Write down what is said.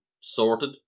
sorted